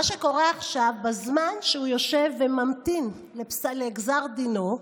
מה שקורה עכשיו, בזמן שהוא יושב וממתין לגזר דינו,